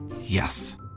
Yes